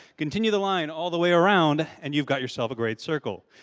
continue the line all the way around and you've got yourself a great circle.